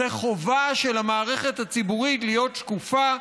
זו החובה של המערכת הציבורית להיות שקופה,